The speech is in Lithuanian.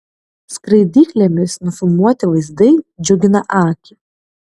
skraidyklėmis nufilmuoti vaizdai džiugina akį